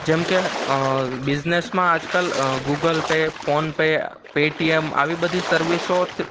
જેમકે બિઝનેસમાં આજકાલ ગૂગલપે ફોનપે પેટીએમ આવી બધી સર્વિસો